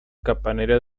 campanario